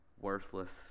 worthless